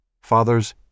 Fathers